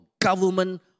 government